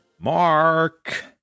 Mark